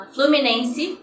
Fluminense